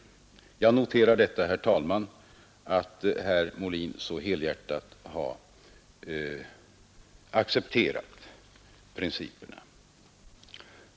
Jag noterar, herr talman, att herr Molin så helhjärtat har accepterat principen.